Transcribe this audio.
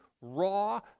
raw